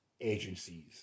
agencies